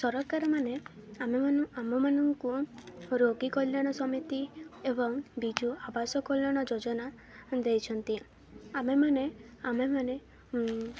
ସରକାରମାନେ ଆମମାନଙ୍କୁ ରୋଗୀ କଲ୍ୟାଣ ସମିତି ଏବଂ ବିଜୁ ଆବାସ କଲ୍ୟାଣ ଯୋଜନା ଦେଇଛନ୍ତି ଆମେମାନେ ଆମେମାନେ